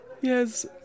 Yes